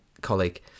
colleague